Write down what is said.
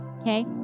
Okay